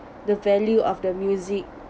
the value of the music